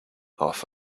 half